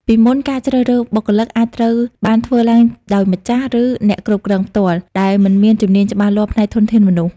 ពីមុន ការជ្រើសរើសបុគ្គលិកអាចត្រូវបានធ្វើឡើងដោយម្ចាស់ ឬអ្នកគ្រប់គ្រងផ្ទាល់ ដែលមិនមានជំនាញច្បាស់លាស់ផ្នែកធនធានមនុស្ស។